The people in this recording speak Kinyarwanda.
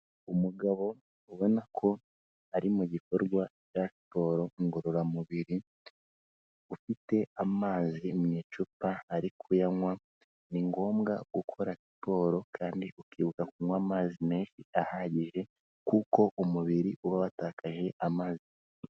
Umugabo ubona ko ari mu gikorwa cya siporo ngororamubiri, ufite amazi mu icupa ari kuyanywa, ni ngombwa gukora siporo kandi ukibuka kunywa amazi menshi ahagije, kuko umubiri uba watakaje amazi.